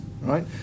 right